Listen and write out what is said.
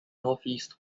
northeast